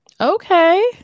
Okay